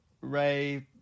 Ray